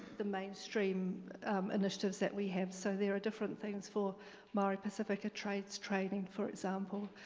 the mainstream initiatives that we have. so there are different things for maori-pacific tribes training for example.